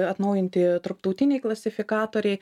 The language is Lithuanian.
atnaujinti tarptautiniai klasifikatoriai